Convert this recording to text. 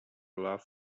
love